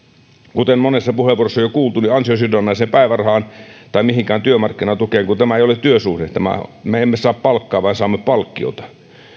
kuten monessa puheenvuorossa on jo kuultu ansiosidonnaiseen päivärahaan tai mihinkään työmarkkinatukeen kun tämä ei ole työsuhde me emme saa palkkaa vaan saamme palkkiota